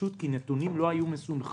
כי נתונים לא היו מסונכרנים: